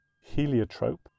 heliotrope